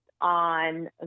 on